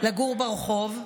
לגור ברחוב.